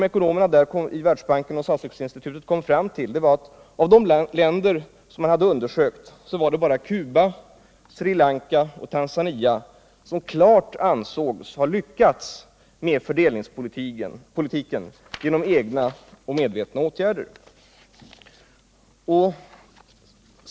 Ekonomerna vid Världsbahken och Sussex-institutet kom fram till att bland de länder som undersökts var det bara Cuba, Sri Lanka och Tanzania som klart ansågs ha lyckats med fördelningspolitiken genom egna och medvetna åtgärder.